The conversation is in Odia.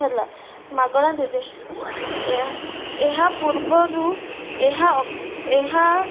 ହେଲା ମାଗଣା ଦେବେ ଏହା ଏହା ପୂର୍ବରୁ ଏହା ଏହା